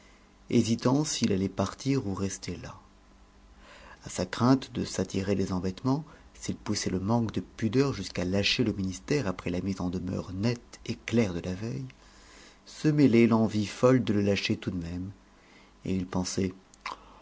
hésitant s'il allait partir ou rester là à sa crainte de s'attirer des embêtements s'il poussait le manque de pudeur jusqu'à lâcher le ministère après la mise en demeure nette et claire de la veille se mêlait l'envie folle de le lâcher tout de même et il pensait